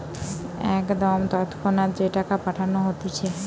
একদম তৎক্ষণাৎ যে টাকা পাঠানো হতিছে